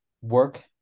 work